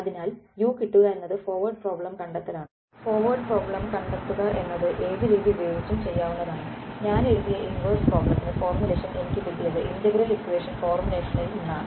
അതിനാൽ u കിട്ടുക എന്നത് ഫോർവേഡ് പ്രോബ്ലം കണ്ടെത്തലാണ് ഫോർവേഡ് പ്രോബ്ലം കണ്ടെത്തുക എന്നത് ഏത് രീതി ഉപയോഗിച്ചും ചെയ്യാവുന്നതാണ് ഞാൻ എഴുതിയ ഇൻവേഴ്സ് പ്രോബ്ലത്തിന് ഫോർമുലേഷൻ എനിക്ക് കിട്ടിയത് ഇന്റഗ്രൽ ഈക്വേഷൻ ഫോർമുലേഷനിൽ നിന്നാണ്